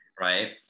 Right